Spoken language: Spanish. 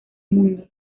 mundo